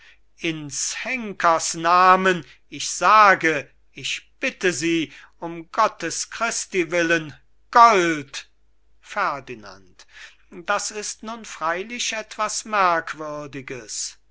ins henkers namen ich sage ich bitte sie um gottes christi willen gold ferdinand das ist nun freilich etwas merkwürdiges